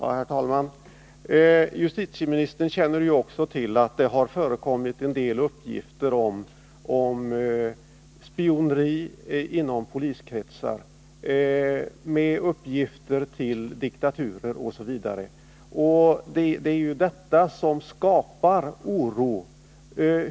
Herr talman! Justitieministern känner ju också till att det har förekommit vissa uppgifter om spioneri i poliskretsar, innefattande information till diktaturer m.m. Det är ju detta som skapar oro.